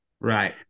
Right